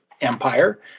empire